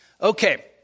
Okay